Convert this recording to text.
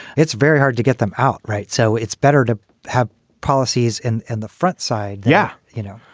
it's very hard to get them outright. so it's better to have policies and and the front side yeah. you know,